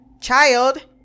child